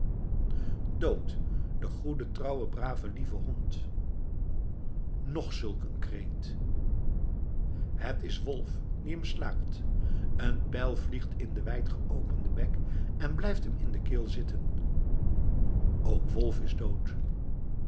dood de goede trouwe brave lieve hond nog zulk een kreet het is wolf die hem slaakt een pijl vliegt in den wijdgeopenden bek en blijft hem in de keel zitten ook wolf is dood